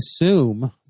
assume